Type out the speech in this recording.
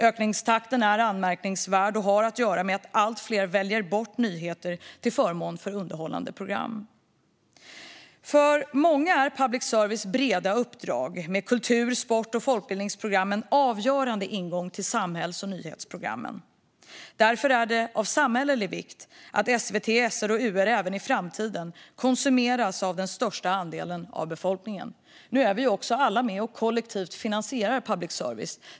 Ökningstakten är anmärkningsvärd och har att göra med att allt fler väljer bort nyheter till förmån för underhållande program. För många är public services breda uppdrag med kultur-, sport och folkbildningsprogram en avgörande ingång till samhälls och nyhetsprogrammen. Därför är det av samhällelig vikt att SVT, SR och UR även i framtiden konsumeras av den största andelen av befolkningen. Nu är vi också alla med och kollektivt finansierar public service.